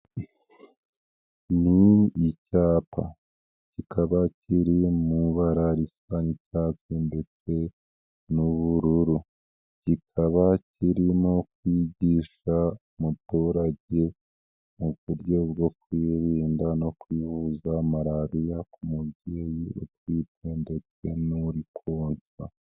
Ni icyapa kikaba kiri mu ibara risa icyatsi ndetse n'ubururu kikaba kirimo kwigisha umuturage mu buryo bwo kwirinda no kwivuza malariya ku mubyeyi ubwite ndetse n'uri konsa.